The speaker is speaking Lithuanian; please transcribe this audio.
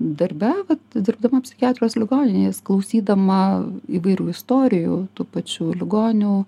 darbe tai dirbdama psichiatrijos ligoninėje klausydama įvairių istorijų tų pačių ligonių